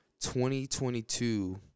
2022